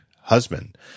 husband